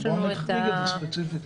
אז בוא נחריג את זה ספציפית.